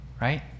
right